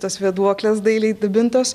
tos vėduoklės dailiai dabintos